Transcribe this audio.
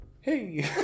hey